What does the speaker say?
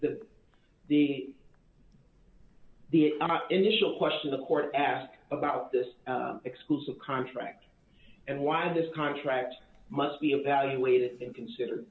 that the the initial question the court asked about this exclusive contract and why this contract must be evaluated inconsi